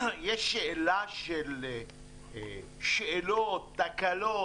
יש שאלות, תקלות,